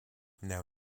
now